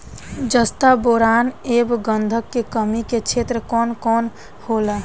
जस्ता बोरान ऐब गंधक के कमी के क्षेत्र कौन कौनहोला?